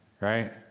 right